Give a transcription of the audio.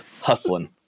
hustling